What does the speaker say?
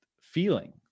feeling